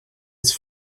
his